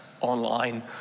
online